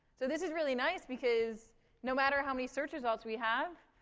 so this is really nice because no matter how many search results we have,